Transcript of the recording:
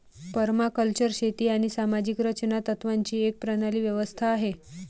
permaculture शेती आणि सामाजिक रचना तत्त्वांची एक प्रणाली व्यवस्था आहे